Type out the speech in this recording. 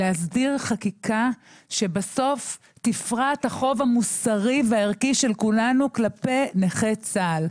להסדיר חקיקה שבסוף תפרע את החוב המוסרי והערכי של כולנו כלפי נכי צה"ל.